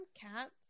cats